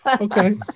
Okay